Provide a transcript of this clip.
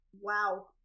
Wow